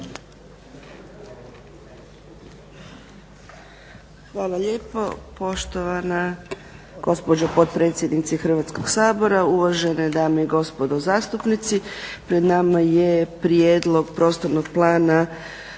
Hvala lijepo. Poštovana gospođo potpredsjednice Hrvatskog sabora, uvažene dame i gospodo zastupnici. Pred nama je Prijedlog prostornog plana